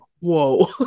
whoa